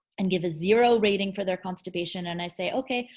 and give a zero rating for their constipation and i say, okay,